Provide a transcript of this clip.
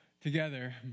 together